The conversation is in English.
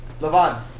Lavon